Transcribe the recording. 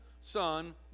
son